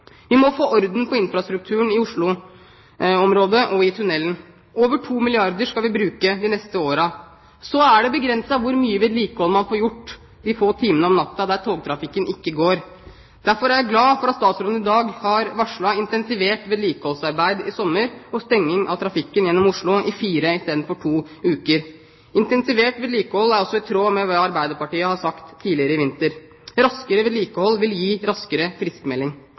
Vi må få orden på infrastrukturen i Oslo-området og i tunnelen der. Over 2 milliarder kr skal vi bruke de neste årene. Så er det begrenset hvor mye vedlikehold man får gjort de få timene om natta når togene ikke går. Derfor er jeg glad for at statsråden i dag har varslet intensivert vedlikeholdsarbeid i sommer, med stenging av trafikken gjennom Oslo i fire istedenfor i to uker. Intensivert vedlikehold er også i tråd med hva Arbeiderpartiet har sagt tidligere i vinter. Raskere vedlikehold vil gi raskere